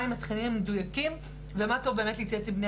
מה הם התכנים המדויקים ומה טוב באמת להתייעץ עם בני